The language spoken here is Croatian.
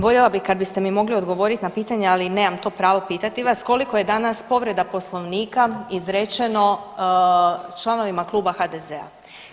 Voljela bih kad biste mi mogli odgovoriti na pitanje, ali nemam to pravo pitati vas, koliko je danas povreda poslovnika izrečeno članovima kluba HDZ-a.